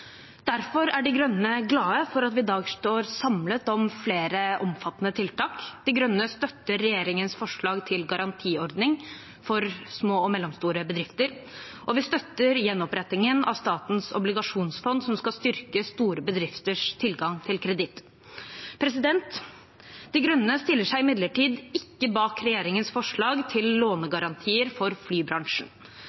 Derfor er De Grønne glad for at vi i dag står samlet om flere omfattende tiltak. Miljøpartiet De Grønne støtter regjeringens forslag til garantiordning for små og mellomstore bedrifter, og vi støtter gjenopprettingen av Statens obligasjonsfond, som skal styrke store bedrifters tilgang til kreditt. Miljøpartiet De Grønne stiller seg imidlertid ikke bak regjeringens forslag til